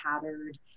tattered